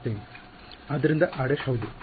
ಆದ್ದರಿಂದ r′ ಹೌದು